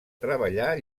treballar